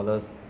it's like